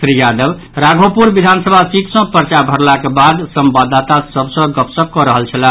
श्री यादव राघोपुर विधानसभा सीट सँ पर्चा भरलाक बाद संवाददाता सभ सँ गपशप कऽ रहल छलाह